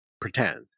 pretend